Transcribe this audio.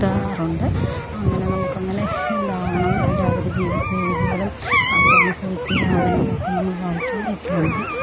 ത്താറുണ്ട് അങ്ങനെ നമുക്കങ്ങനെ എന്താകണം അല്ലേ അവർ ജീവിച്ച രീതികളും അവരനുഭവിച്ച യാതനകളുമൊക്കെ നമ്മൾ വായിക്കാറൊക്കെ ഉണ്ട്